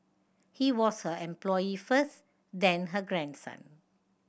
he was her employee first then her grandson